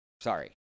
Sorry